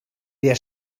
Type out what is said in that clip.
der